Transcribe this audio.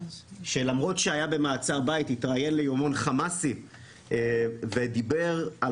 שלמרות שהיה במעצר בית התראיין --- חמאסי ודיבר על